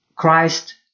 Christ